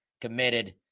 committed